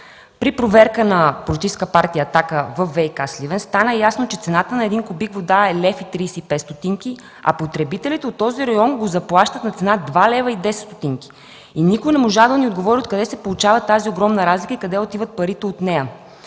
При проверка на Политическа партия „Атака” във ВиК – Сливен, стана ясно, че цената на един кубик вода е 1,35 лв., а потребителите от този район го заплащат на цена 2,10 лв. Никой не можа да ни отговори откъде се получава тази огромна разлика и къде отиват парите от нея.